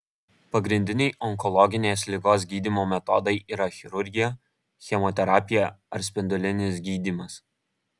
pagrindiniai onkologinės ligos gydymo metodai yra chirurgija chemoterapija ar spindulinis gydymas